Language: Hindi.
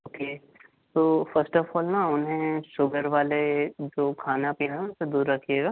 ओके तो फ़स्ट ऑफ़ ऑल ना उन्हें शुगर वाले जो खाना पीना है उनसे दूर रखिएगा